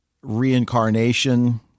reincarnation